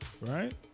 right